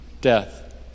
death